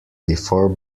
before